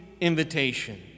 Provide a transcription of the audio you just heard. invitation